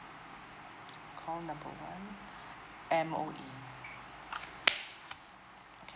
call number one M_O_E